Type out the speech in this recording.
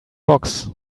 box